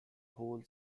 whole